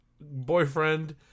boyfriend